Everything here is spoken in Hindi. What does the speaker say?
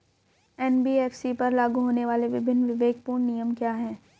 एन.बी.एफ.सी पर लागू होने वाले विभिन्न विवेकपूर्ण नियम क्या हैं?